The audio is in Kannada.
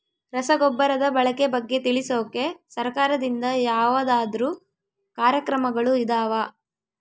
ರಸಗೊಬ್ಬರದ ಬಳಕೆ ಬಗ್ಗೆ ತಿಳಿಸೊಕೆ ಸರಕಾರದಿಂದ ಯಾವದಾದ್ರು ಕಾರ್ಯಕ್ರಮಗಳು ಇದಾವ?